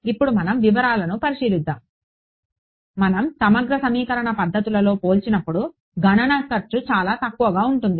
ఇప్పుడు మనం వివరాలను పరిశీలిస్తాము మనం సమగ్ర సమీకరణ పద్ధతులతో పోల్చినప్పుడు గణన ఖర్చు చాలా తక్కువగా ఉంటుంది